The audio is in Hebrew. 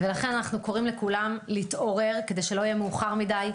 לכן אנחנו קוראים לכולם להתעורר כדי שלא יהיה מאוחר מדי.